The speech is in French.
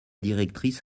directrice